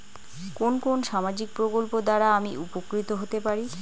কোন কোন সামাজিক প্রকল্প দ্বারা আমি উপকৃত হতে পারি?